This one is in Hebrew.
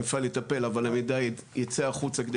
המפעל ייטפל אבל המידע ייצא החוצה כדי